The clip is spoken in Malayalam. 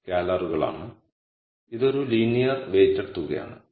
ഇവ സ്കെയിലറുകളാണ് ഇത് ഒരു ലീനിയർ വെയ്റ്റഡ് തുകയാണ്